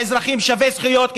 לאזרחים שווי זכויות,